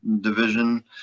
division